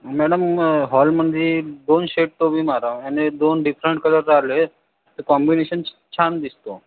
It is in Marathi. मॅडम हॉलमध्ये दोन शेट तरी मारावं आणि दोन डिफ्रन्ट कलर आले तर कॉम्बिनेशन छान दिसतो